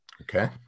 Okay